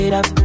up